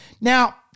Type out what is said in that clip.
Now